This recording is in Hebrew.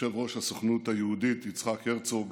יושב-ראש הסוכנות היהודית יצחק הרצוג,